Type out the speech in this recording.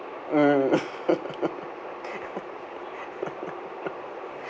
mm